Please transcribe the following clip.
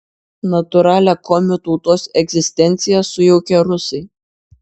natūralią komių tautos egzistenciją sujaukė rusai